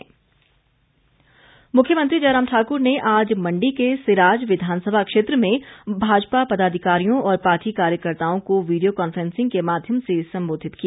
मुख्यमंत्री मुख्यमंत्री जयराम ठाकुर ने आज मंडी के सिराज विधानसभा क्षेत्र में भाजपा पदाधिकारियों और पार्टी कार्यकर्ताओं को वीडियो कांफ्रेंसिंग के माध्यम से संबोधित किया